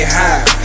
high